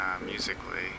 musically